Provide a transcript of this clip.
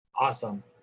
Awesome